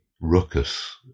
ruckus